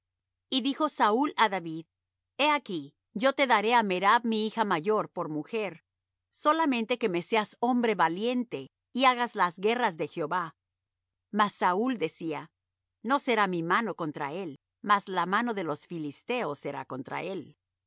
y dijo saúl á david he aquí yo te daré á merab mi hija mayor por mujer solamente que me seas hombre valiente y hagas las guerras de jehová mas saúl decía no será mi mano contra él mas la mano de los filisteos será contra él